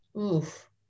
oof